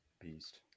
Beast